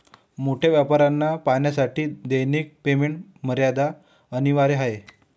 मोठ्या व्यापाऱ्यांना पाहण्यासाठी दैनिक पेमेंट मर्यादा अनिवार्य आहे